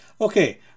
Okay